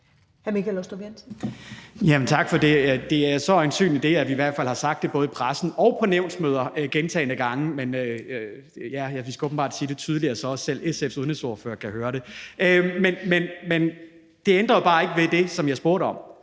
Tak for det. Det er så øjensynligt, at vi i hvert fald har sagt det både i pressen og på nævnsmøder gentagne gange, men vi skal åbenbart sige det tydeligere, så også selv SF's udenrigsordfører kan høre det. Men det ændrer jo bare ikke ved det, som jeg spurgte om,